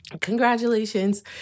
Congratulations